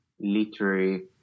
literary